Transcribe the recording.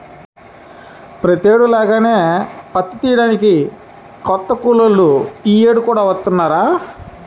ప్రతేడు లాగానే పత్తి తియ్యడానికి కొత్త కూలోళ్ళు యీ యేడు కూడా వత్తన్నారా